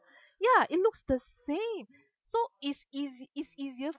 ya it looks the same so it's easy it's easier